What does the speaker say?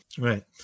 right